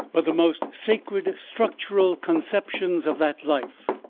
but the most sacred structural conceptions of that life,